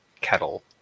kettle